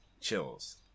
chills